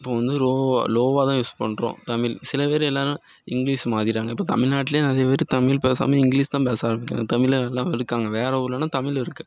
இப்போ வந்து லோவாகதான் யூஸ் பண்ணுறோம் தமிழ் சிலபேர் எல்லோரும் இங்கிலீஷ் மாறிடுறாங்க இப்போ தமில்நாட்டுலே நிறைய பேர் தமிழ் பேசாமல் இங்கிலீஷ் தான் பேச ஆரம்பிக்கிறாங்க தமிழை எல்லாம் வெறுக்காங்க வேறு ஊர்ல தமிழ் இருக்குது